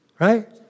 right